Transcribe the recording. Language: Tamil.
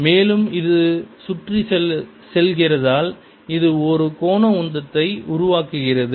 மேலும் இது சுற்றச் செல்கிறதால் இது ஒரு கோண உந்தத்தை உருவாக்குகிறது